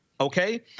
okay